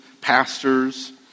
pastors